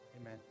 amen